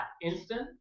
instant